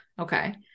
okay